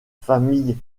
famille